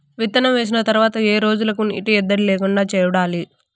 విత్తనం వేసిన తర్వాత ఏ రోజులకు నీటి ఎద్దడి లేకుండా చూడాలి?